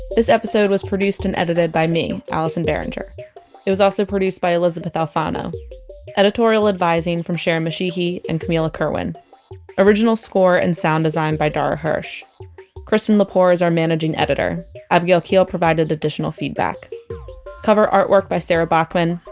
this episode was produced and edited by me, allison behringer it was also produced by elysabeth alfano editorial advising by sharon mashihi and camila kerwin original score and sound design by dara hirsch kristen lepore is our managing editor abigail keel provided additional feedback cover artwork by sarah bachman.